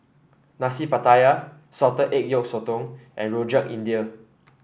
Nasi Pattaya Salted Egg Yolk Sotong and Rojak India